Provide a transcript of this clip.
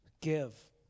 Give